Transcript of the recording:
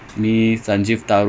oh K K okay